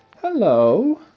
Hello